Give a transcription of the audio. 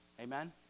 Amen